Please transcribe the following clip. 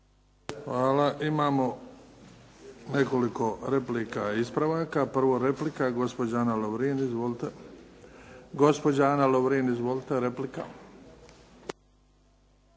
Hvala. Imamo nekoliko replika i ispravaka. Prvo replika, gospođa Ana Lovrin. Izvolite. **Lovrin, Ana (HDZ)** Hvala lijepo.